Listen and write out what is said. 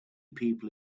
people